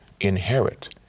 inherit